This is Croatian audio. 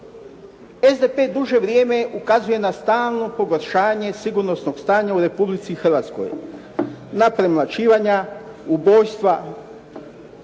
SDP duže vrijeme ukazuje na stalno pogoršanje sigurnosnog stanja u Republici Hrvatskoj, na premlaćivanja, ubojstva,